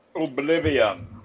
Oblivion